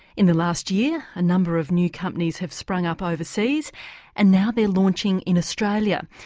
in the last year, a number of new companies have sprung up overseas and now they're launching in australia.